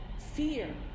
Fear